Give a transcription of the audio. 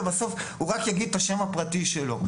ובסוף יגיד רק את השם הפרטי שלו.